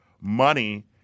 money